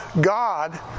God